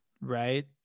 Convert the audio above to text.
Right